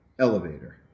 elevator